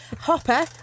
Hopper